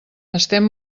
estem